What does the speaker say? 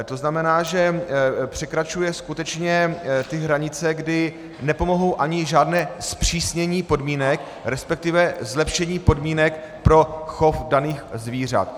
To znamená, že překračuje skutečně hranice, kdy nepomohou ani žádná zpřísnění podmínek, respektive zlepšení podmínek pro chov daných zvířat.